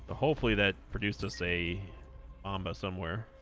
ah hopefully that produced to say amba somewhere